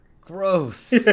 Gross